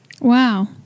Wow